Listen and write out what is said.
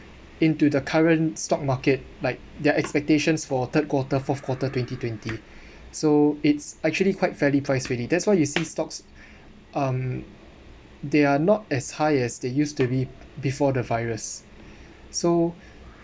in to the current stock market like their expectations for third quarter fourth quarter twenty twenty so it's actually quite fairly priced already that's why you see stocks um they are not as high as they used to be before the virus so